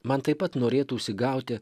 man taip pat norėtųsi gauti